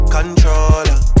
Controller